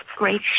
Great